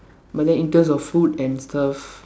but then in terms of food and stuff